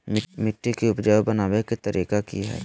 मिट्टी के उपजाऊ बनबे के तरिका की हेय?